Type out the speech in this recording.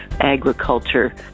agriculture